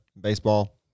Baseball